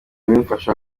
bimufasha